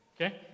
Okay